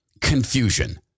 Confusion